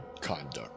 conduct